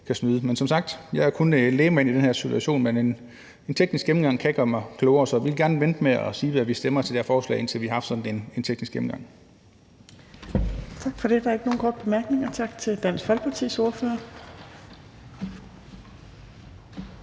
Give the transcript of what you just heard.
kan snyde. Som sagt er jeg kun lægmand i den her situation, men en teknisk gennemgang kan gøre mig klogere, så vi vil gerne vente med at sige, hvad vi stemmer til det her forslag, indtil vi har haft sådan en teknisk gennemgang. Kl. 20:14 Fjerde næstformand (Trine Torp): Tak til Dansk Folkepartis ordfører.